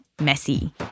messy